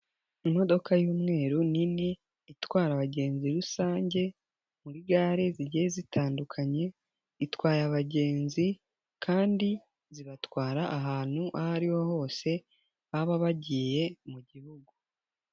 Imodoka y'umweru nini itwara abagenzi rusange muri gare zigiye zitandukanye itwaye abagenzi kandi zibatwara ahantu aho ariho hose baba bagiye mu gihugu.